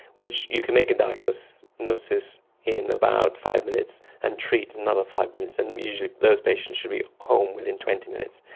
which you can make a diagnosis diagnosis in about five minutes and treat in another five minutes, and usually those patients should be home within twenty minutes.